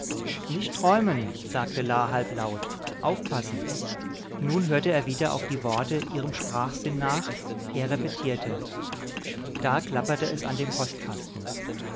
nicht träumen sagte la halblaut aufpassen nun hörte er wieder auf die worte ihrem sprachsinn nach er repetierte da klapperte es an dem